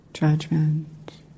judgment